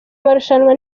marushanwa